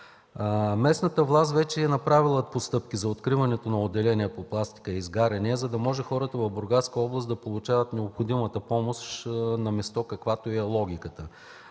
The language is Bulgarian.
Местната власт вече е направила постъпки за откриването на отделение по „Пластика и изгаряния”, за да може хората от Бургаска област да получават необходимата помощ на място, каквато е логиката.